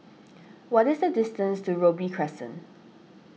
what is the distance to Robey Crescent